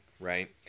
Right